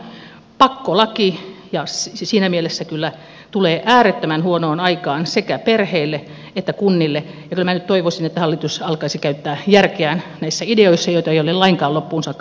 tämä on pakkolaki ja se siinä mielessä kyllä tulee äärettömän huonoon aikaan sekä perheille että kunnille ja kyllä minä nyt toivoisin että hallitus alkaisi käyttää järkeään näissä ideoissa joita ei ole lainkaan loppuun saakka mietitty